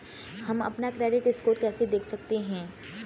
हम अपना credit score कैसे देख सकते हैं?